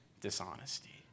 dishonesty